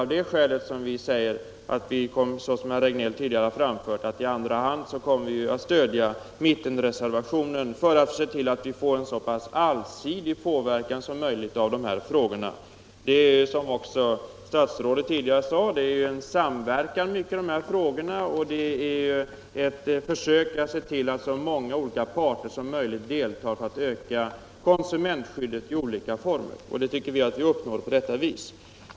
Av det skälet kommer vi, som herr Regnéll tidigare har anfört, att i andra hand stödja mittenreservationen för att se till att det blir en så pass allsidig påverkan som möjligt av de här frågorna. Som också statsrådet sade, är det mycket av samverkan i dessa frågor, och det är önskvärt att så många olika parter som möjligt deltar för att öka konsumentskyddet. Det tycker vi att man uppnår om riksdagen bifaller reservation 3.